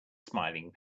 smiling